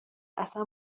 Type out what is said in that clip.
اصلا